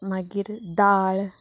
मागीर दाळ